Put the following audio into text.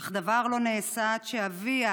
אך דבר לא נעשה עד שאביה